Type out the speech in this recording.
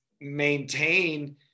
maintain